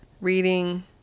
reading –